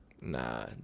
nah